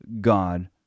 God